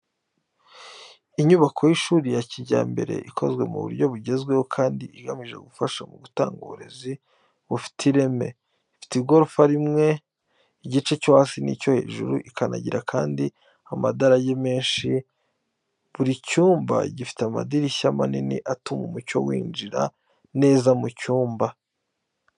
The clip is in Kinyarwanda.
Inyubako y’ishuri ya kijyambere ikozwe mu buryo bugezweho kandi igamije gufasha mu gutanga uburezi bufite ireme. Ifite igorofa rimwe igice cyo hasi n’icyo hejuru ikanagira kandi amadarage menshi buri cyumba gifite amadirishya manini atuma umucyo winjira neza mu cyumba.